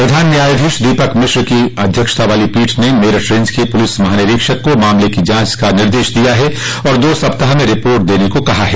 प्रधान न्यायाधीश दीपक मिश्रा की अध्यक्षता वाली पीठ ने मेरठ रेंज के पुलिस महानिरीक्षक को मामले की जांच का निर्देश दिया है और दो सप्ताह में रिपोर्ट देने को कहा है